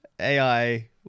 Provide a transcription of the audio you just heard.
ai